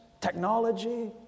technology